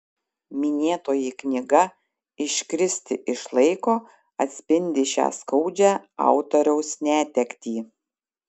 minėtoji knyga iškristi iš laiko atspindi šią skaudžią autoriaus netektį